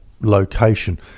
location